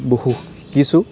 বহু শিকিছোঁ